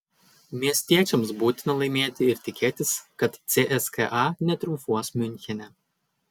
miestiečiams būtina laimėti ir tikėtis kad cska netriumfuos miunchene